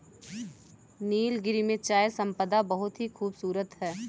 नीलगिरी में चाय संपदा बहुत ही खूबसूरत है